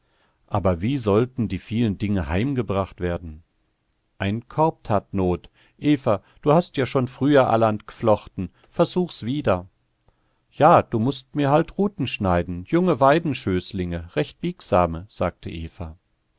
aber wie sollten die vielen dinge heimgebracht werden ein korb tat not eva du hast ja schon früher allerhand g'flochten versuch's wieder ja du mußt mir halt ruten schneiden junge weidenschößlinge recht biegsame sagte eva